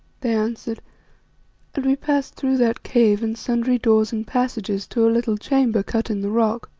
they answered and we passed through that cave and sundry doors and passages to a little chamber cut in the rock.